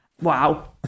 Wow